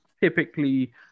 typically